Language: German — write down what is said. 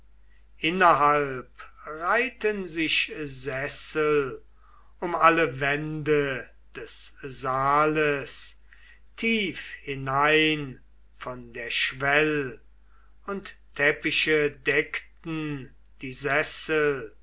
innerhalb reihten sich sessel um alle wände des saales tief hinein von der schwell und teppiche deckten die sessel